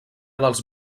dels